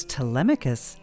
Telemachus